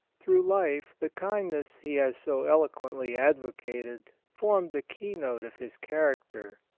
through life the kindness he has so eloquently advocated formed the keynote of his character.